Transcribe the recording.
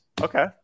Okay